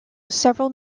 several